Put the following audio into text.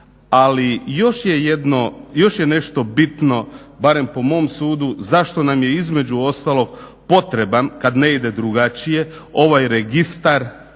Ali još je nešto bitno, barem po mom sudu, zašto nam je između ostalog potreban kad ne ide drugačije ovaj registar